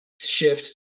shift